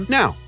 now